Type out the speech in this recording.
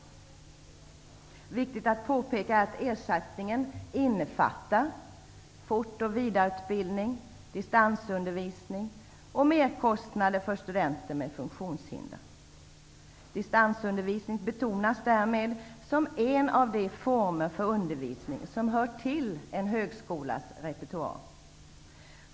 Det är viktigt att påpeka att ersättningen innefattar kostnader för fort och vidareutbildning, distansundervisning och merkostnader för studenter med funktionshinder. Distansundervisning betonas därmed som en av de former för undervisning som hör till en högskolas repertoar.